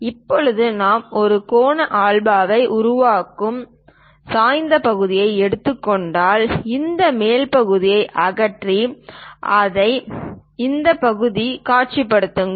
இப்போது நாம் ஒரு கோண ஆல்பாவை உருவாக்கும் சாய்ந்த பகுதியை எடுத்துக்கொண்டால் இந்த மேல் பகுதியை அகற்றி அதை அகற்றி இந்த பகுதியைக் காட்சிப்படுத்துங்கள்